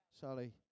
Sally